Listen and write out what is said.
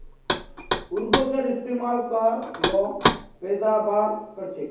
उर्वरकेर इस्तेमाल कर ल पैदावार बढ़छेक